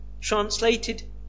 translated